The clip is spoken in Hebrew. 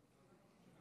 נתחיל עם ראשון הדוברים,